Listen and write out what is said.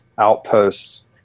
outposts